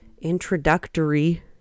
introductory